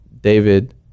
David